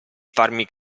farmi